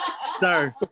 sir